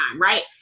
right